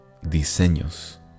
Diseños